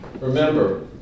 remember